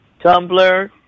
Tumblr